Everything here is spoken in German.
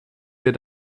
wir